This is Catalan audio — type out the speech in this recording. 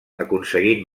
aconseguint